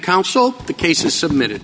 counsel the cases submitted